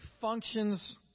functions